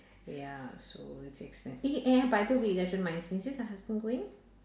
ya so it's expen~ eh and by the way that reminds me is your husband going